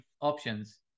options